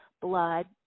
blood